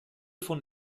von